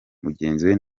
mugenzi